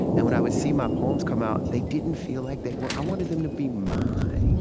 and when i would see my poems come out, they didn't feel like they were i wanted them to be mine. yeah